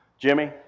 Jimmy